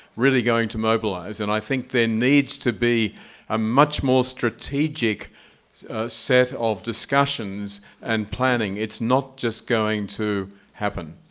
really going to mobilize? and i think there needs to be a much more strategic set of discussions and planning. it's not just going to happen.